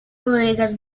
bodegas